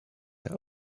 held